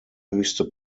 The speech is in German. höchste